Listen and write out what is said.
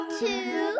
two